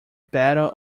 battle